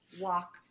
walk